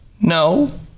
no